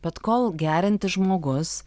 bet kol geriantis žmogus